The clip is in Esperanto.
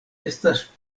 estas